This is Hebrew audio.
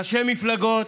ראשי מפלגות,